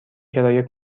کرایه